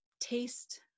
taste